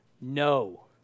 No